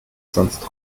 sonst